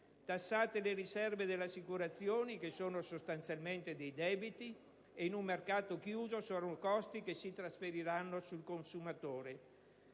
Tassate le riserve delle assicurazioni, che sono sostanzialmente dei debiti e, in un mercato chiuso, sono costi che si trasferiranno sul consumatore.